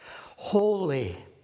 holy